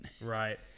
Right